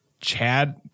Chad